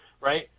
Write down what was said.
right